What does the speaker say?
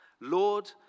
Lord